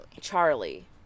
Charlie